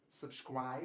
subscribe